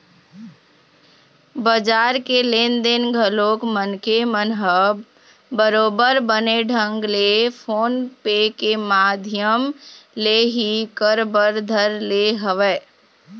बजार के लेन देन घलोक मनखे मन ह बरोबर बने ढंग ले फोन पे के माधियम ले ही कर बर धर ले हवय